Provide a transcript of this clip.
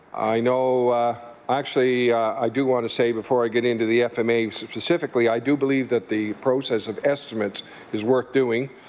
i know actually, i do want to say before i get into the f m a. specifically, i do believe that the process of estimates is worth doing.